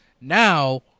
now